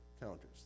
counters